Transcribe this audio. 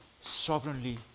sovereignly